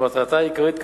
שמטרתה העיקרית,